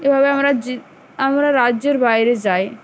এভাবে আমরা যে আমরা রাজ্যের বাইরে যাই